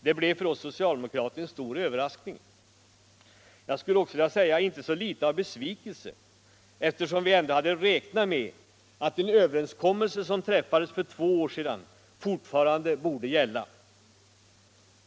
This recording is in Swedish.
Det här blev för oss socialdemokrater en stor överraskning och, skulle jag vilja säga, inte så litet av en besvikelse, eftersom vi ändå hade räknat med att en överenskommelse som träffades för två år sedan fortfarande borde gälla.